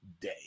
day